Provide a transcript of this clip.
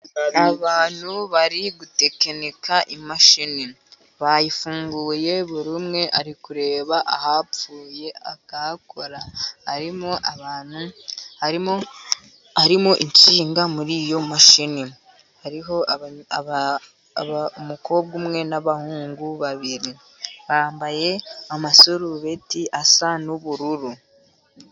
Abantu bari gutekinika imashini, bayifunguye buri umwe ari kureba ahapfuye akahakora harimo abantu, harimo insinga muri iyo mashini. Hariho umukobwa umwe n'abahungu babiri bambaye amasarubeti asa n'ubururu.